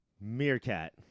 Meerkat